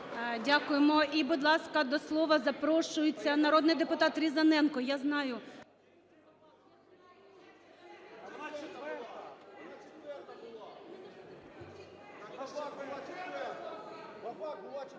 Дякуємо. І, будь ласка, до слова запрошується народний депутат Різаненко. Я знаю…